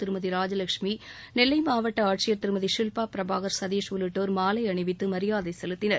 திருமதி ராஜலட்சுமி நெல்லை மாவட்ட ஆட்சியர் திருமதி ஷில்பா பிரபாகர் சதீஷ் உள்ளிட்டோர் மாலை அணிவித்து மரியாதை செலுத்தினர்